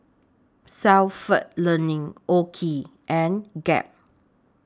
Stalford Learning OKI and Gap